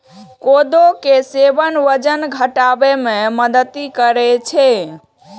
कोदो के सेवन वजन घटाबै मे मदति करै छै